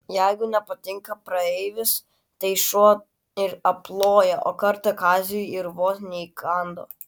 jeigu nepatinka praeivis tai šuo ir aploja o kartą kaziui ir vos neįkando